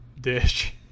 dish